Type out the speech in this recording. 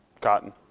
cotton